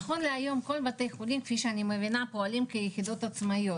נכון להיום כל בתי החולים כפי שאני מבינה פועלים כיחידות עצמאיות.